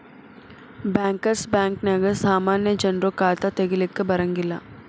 bankers ಬ್ಯಾಂಕ ನ್ಯಾಗ ಸಾಮಾನ್ಯ ಜನ್ರು ಖಾತಾ ತಗಿಲಿಕ್ಕೆ ಬರಂಗಿಲ್ಲಾ